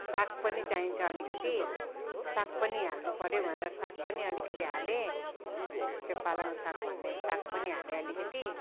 साग पनि चाहिन्छ अलिकति साग पनि हाल्नु पऱ्यो भनेर साग पनि अलिकति हाले त्यो पालङ साग भन्ने साग पनि हालेँ अलिकति